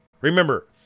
Remember